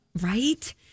Right